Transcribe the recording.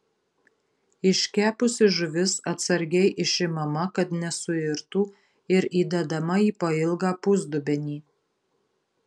iškepusi žuvis atsargiai išimama kad nesuirtų ir įdedama į pailgą pusdubenį